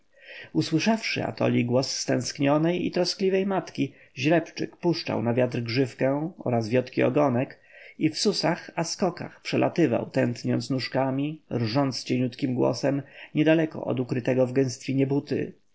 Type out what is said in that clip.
usłyszawszy atoli głos stęsknionej i troskliwej matki źrebczyk puszczał na wiatr grzywkę oraz wiotki ogonek i w susach a skokach przelatywał tętniąc nóżkami rżąc cieniutkim głosem niedaleko od ukrytego w gęstwinie